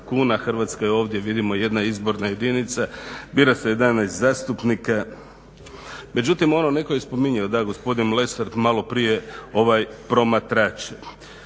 Hrvatska je ovdje vidimo jedna izborna jedinica, bira se 11 zastupnika. Međutim, netko je spominjao da, gospodin Lesar malo prije, promatrač.